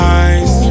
eyes